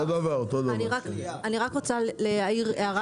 כי הנוסח הממשלתי הוא רק חלק מהנוסח